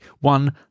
One